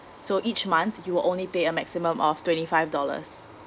so each month you'll only pay a maximum of twenty five dollars